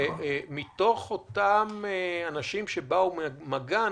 ומתוך אותם אנשים שבאו במגע,